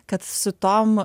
kad su tom